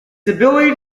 ability